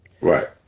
Right